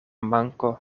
manko